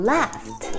？Left